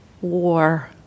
war